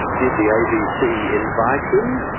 did the abc invite him,